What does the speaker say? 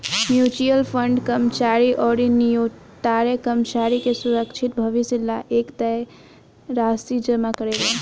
mutual fund कर्मचारी अउरी नियोक्ता कर्मचारी के सुरक्षित भविष्य ला एक तय राशि जमा करेला